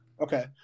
Okay